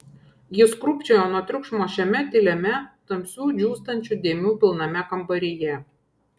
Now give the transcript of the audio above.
jis krūpčiojo nuo triukšmo šiame tyliame tamsių džiūstančių dėmių pilname kambaryje